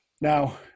Now